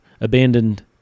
abandoned